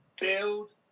build